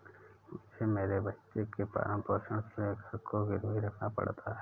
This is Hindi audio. मुझे मेरे बच्चे के पालन पोषण के लिए घर को गिरवी रखना पड़ा था